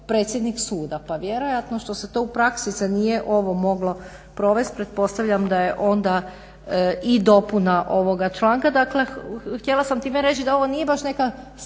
predsjednik suda. Pa vjerojatno što se to u praksi se nije ovo moglo provesti pretpostavljam da je onda i dopuna ovoga članka. Dakle, htjela sam time reći da ovo nije baš neka